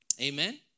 Amen